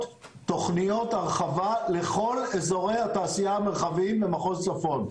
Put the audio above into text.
תוכניות הרחבה לכל אזורי התעשייה המרחביים במחוז צפון,